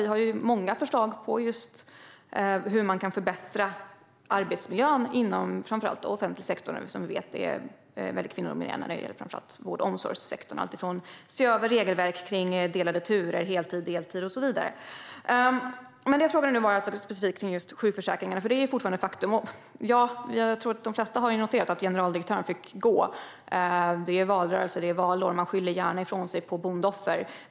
Vi har många förslag på hur man kan förbättra arbetsmiljön inom framför allt offentlig sektor som vi vet är kvinnodominerad. Det gäller framför allt vård och omsorgssektorn. Förslagen innebär att man ska se över regelverk kring delade turer, heltid, deltid och så vidare. Men jag frågade specifikt om sjukförsäkringen. De flesta har nog noterat att generaldirektören fick gå. Det är valår och valrörelse, så man skyller gärna ifrån sig på bondeoffer.